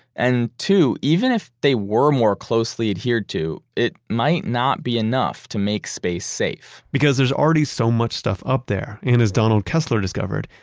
and two, even if they were more closely adhered to, it might not be enough to make space safe because there's already so much stuff up there and as donald kessler discovered,